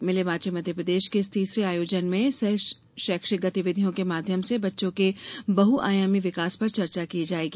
मिल बाँचें मध्यप्रदेश के इस तीसरे आयोजन में सह शैक्षिक गतिविधियों के माध्यम से बच्चों के बहुआयामी विकास पर चर्चा की जायेगी